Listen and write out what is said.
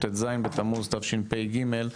ט״ז בתמוז תשפ״ג.